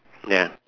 ya